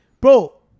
bro